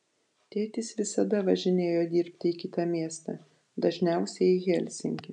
tėtis visada važinėjo dirbti į kitą miestą dažniausiai į helsinkį